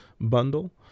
Bundle